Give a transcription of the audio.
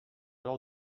alors